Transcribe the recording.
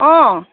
অঁ